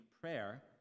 prayer